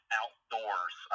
outdoors